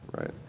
right